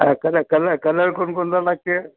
हां कल colour colour कोण कोणता लागते